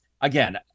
again